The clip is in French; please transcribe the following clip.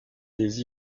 des